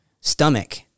stomach